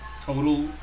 Total